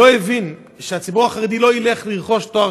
היא לא הבינה שהציבור החרדי לא ילך לרכוש תואר